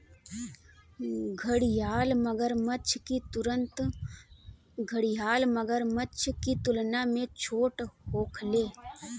घड़ियाल मगरमच्छ की तुलना में छोट होखेले